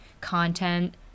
content